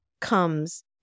comes